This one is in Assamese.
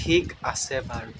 ঠিক আছে বাৰু